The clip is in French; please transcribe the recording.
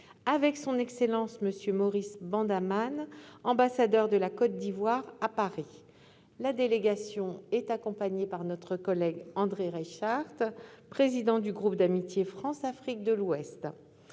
avec Son Excellence M. Maurice Bandaman, ambassadeur de la Côte d'Ivoire à Paris. La délégation est accompagnée par notre collègue André Reichardt, président du groupe d'amitié France-Afrique de l'Ouest.